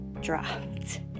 dropped